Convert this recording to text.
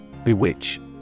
Bewitch